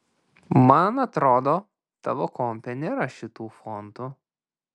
man atrodo tavo kompe nėra šitų fontų